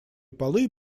полы